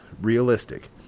realistic